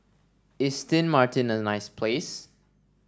is Sint Maarten a nice place